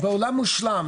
בעולם מושלם,